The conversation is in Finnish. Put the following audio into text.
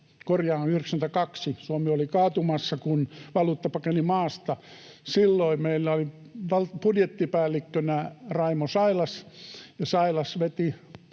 1992 Suomi oli kaatumassa, kun valuutta pakeni maasta. Silloin meillä oli budjettipäällikkönä Raimo Sailas, ja Sailas veti